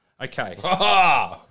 Okay